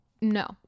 no